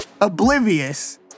oblivious